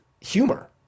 humor